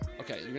okay